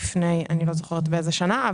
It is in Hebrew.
אני לא זוכרת באיזו שנה.